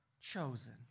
chosen